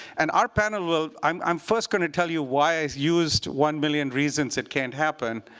and our panel will i'm i'm first going to tell you why i used one billion reasons it can't happen